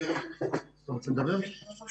תת-אלוף גברעם הגלילי.